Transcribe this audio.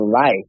life